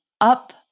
up